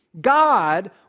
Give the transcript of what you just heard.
God